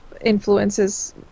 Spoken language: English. influences